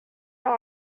all